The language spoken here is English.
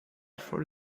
for